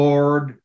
Lord